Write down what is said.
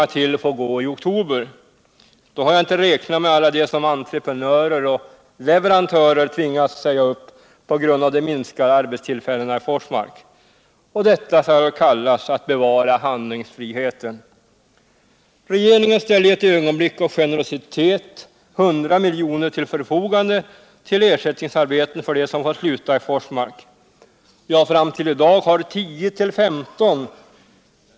leverantörer tvingats säga upp på grund av de minskade arbetsulltällena i Forsmark. Och detta skall kallas att bevara handlingsfriheten! Regeringen stillde i ett ögonblick av generositet 100 miljoner till förfogande till ersättningsarbeten för de som får sluta i Forsmark. Ja, fram till i dag har 10—15.